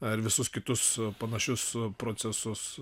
ar visus kitus panašius procesus